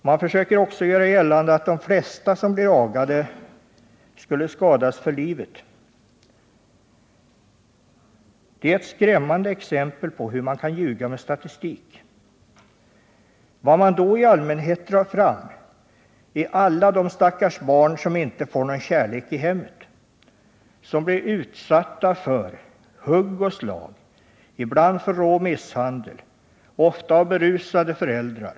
Man försöker också göra gällande att de flesta som blir agade skulle skadas för livet. Det är ett skrämmande exempel på hur man kan ljuga med statistik. Vad man då i allmänhet drar fram är alla de stackars barn som inte får någon kärlek i hemmet, som blir utsatta för hugg och slag och ibland för rå misshandel, ofta av berusade föräldrar.